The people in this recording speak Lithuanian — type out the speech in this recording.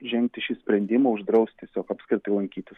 žengti šį sprendimą uždraust tiesiog apskritai laikytis